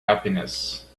happiness